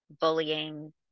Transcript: bullying